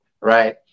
right